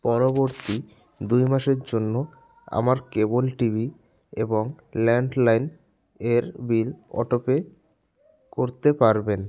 পরবর্তী দুই মাসের জন্য আমার কেবল টিভি এবং ল্যান্ডলাইন এর বিল অটোপে করতে পারবেন